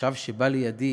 ועכשיו שבא לידי